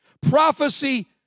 Prophecy